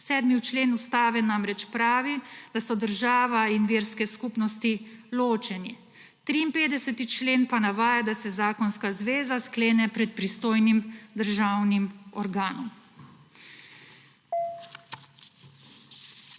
7. člen Ustave namreč pravi, da so država in verske skupnosti ločeni, 53. člen pa navaja, da se zakonska zveza sklene pred pristojnim državnim organom.